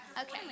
Okay